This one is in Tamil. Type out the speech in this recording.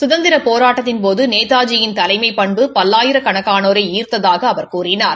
சுதந்திரப் போராட்டத்தின் போது நேதாஜியின் தலைமை பண்பு பல்லாயிரக்கணக்காளோரை ஈர்ததாக அவர் கூறினார்